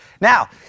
Now